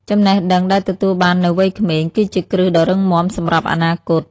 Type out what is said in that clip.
ចំណេះដឹងដែលទទួលបាននៅវ័យក្មេង គឺជាគ្រឹះដ៏រឹងមាំសម្រាប់អនាគត ។